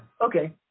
okay